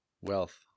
Wealth